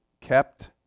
kept